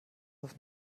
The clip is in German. auf